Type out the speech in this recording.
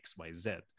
xyz